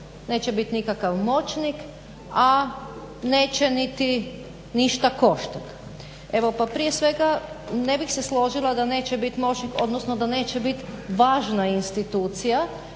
neće on biti neki moćnik a neće niti ništa koštati. Evo pa prije svega ne bih se složila da neće biti moćnik odnosno da neće biti važna institucija.